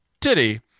titty